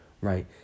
right